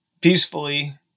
peacefully